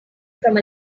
from